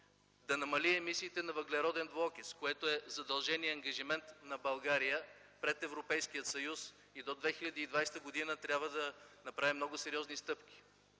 да намали емисиите на въглероден двуокис, което е задължение, ангажимент на България пред Европейския съюз, и до 2020 г. трябва да направи много сериозни стъпки.